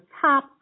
top